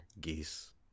geese